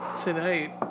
Tonight